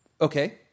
okay